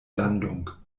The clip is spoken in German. landung